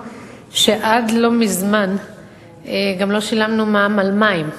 שעד לא מזמן גם לא שילמנו מע"מ על מים.